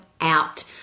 out